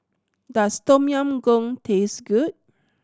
does Tom Yam Goong taste good